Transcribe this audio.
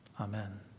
Amen